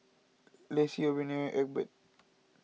Laci Ophelia Egbert